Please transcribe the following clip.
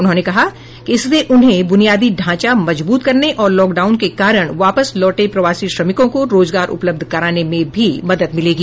उन्होंने कहा कि इससे उन्हें ब्रनियादी ढांचा मजबूत करने और लॉकडाउन के कारण वापस लौटे प्रवासी श्रमिकों को रोजगार उपलब्ध कराने में भी मदद मिलेगी